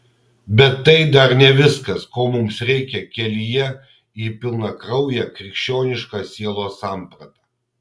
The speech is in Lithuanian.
bet tai dar ne viskas ko mums reikia kelyje į pilnakrauję krikščionišką sielos sampratą